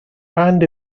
band